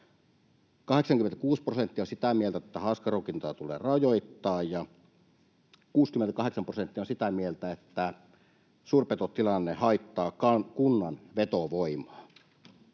86 prosenttia on sitä mieltä, että haaskaruokintaa tulee rajoittaa, ja 68 prosenttia on sitä mieltä, että suurpetotilanne haittaa kunnan vetovoimaa.